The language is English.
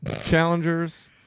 challengers